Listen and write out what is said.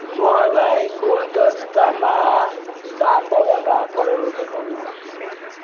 मलाई गुलदस्तामा चाडपर्वका अफरहरू देखाउनुहोस्